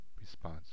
Response